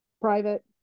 private